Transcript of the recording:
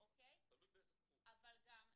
תלוי באיזה תחום.